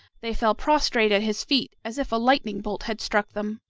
they fell prostrate at his feet, as if a lightning bolt had struck them.